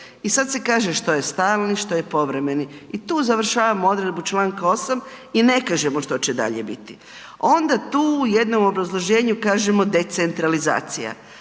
i sad se kaže što je stalni, što je povremeni i tu završavamo odredbu čl. 8. i ne kažemo što će dalje biti, onda tu u jednom obrazloženju kažemo decentralizacija,